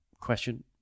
question